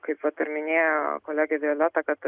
kaip vat ir minėjo kolegė violeta kad